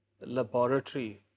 laboratory